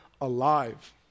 alive